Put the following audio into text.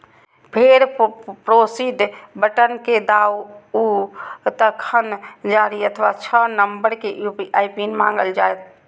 फेर proceed button कें दबाउ, तखन चारि अथवा छह नंबर के यू.पी.आई पिन मांगल जायत